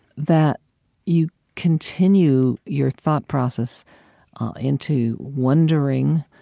that you continue your thought process into wondering,